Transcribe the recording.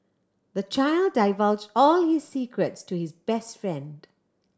the child divulged all his secrets to his best friend